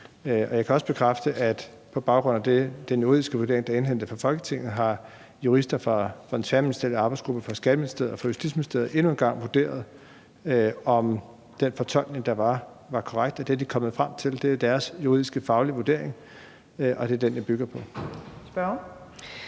Jeg kan også bekræfte, at på baggrund af den juridiske vurdering, der er indhentet fra Folketinget, har jurister fra den tværministerielle arbejdsgruppe i Skatteministeriet og Justitsministeriet endnu en gang vurderet, om den fortolkning, der var, var korrekt. Og det er de kommet frem til at den var; det er deres juridiske faglige vurdering, og det er den, jeg bygger mit